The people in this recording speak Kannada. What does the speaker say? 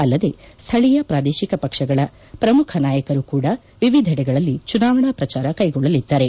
ಅಲ್ಲದೆ ಸ್ಥಳೀಯ ಪ್ರಾದೇಶಿಕ ಪಕ್ಷಗಳ ಪ್ರಮುಖ ನಾಯಕರು ಕೂಡ ವಿವಿಧೆಡೆಗಳಲ್ಲಿ ಚುನಾವಣಾ ಪ್ರಚಾರ ಕ್ಷೆಗೊಳ್ಳಲಿದ್ದಾರೆ